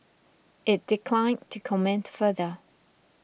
it declined to comment further